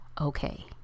okay